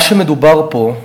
מדובר פה,